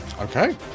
Okay